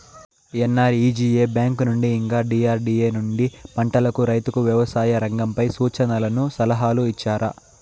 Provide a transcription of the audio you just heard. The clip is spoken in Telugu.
ఎన్.ఆర్.ఇ.జి.ఎ బ్యాంకు నుండి ఇంకా డి.ఆర్.డి.ఎ నుండి పంటలకు రైతుకు వ్యవసాయ రంగంపై సూచనలను సలహాలు ఇచ్చారా